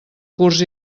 curs